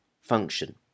function